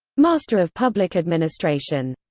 master of public administration